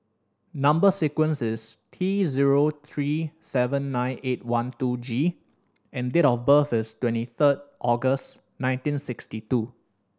number sequence is T zero three seven nine eight one two G and date of birth is twenty third August nineteen sixty two